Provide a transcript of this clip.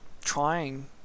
trying